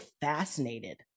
fascinated